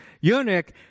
eunuch